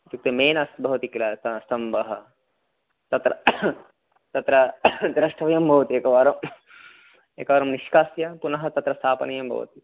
इत्युक्ते मेन् भवति किल स्त स्तम्भः तत्र तत्र द्रष्टव्यं भवति एकवारम् एकवारं निष्कास्य पुनः तत्र स्थापनीयं भवति